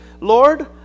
Lord